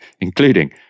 including